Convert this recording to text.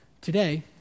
Today